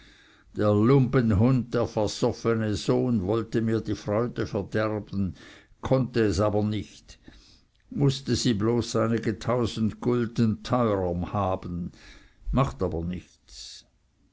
der lumpenhund der versoffene sohn wollte mir die freude verderben konnte es aber nicht mußte sie bloß einige tausend gulden teurer haben macht aber nichts